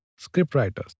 scriptwriters